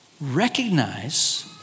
Recognize